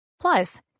Plus